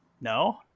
no